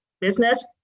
business